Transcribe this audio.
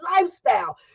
lifestyle